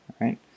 right